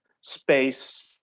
space